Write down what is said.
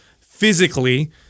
physically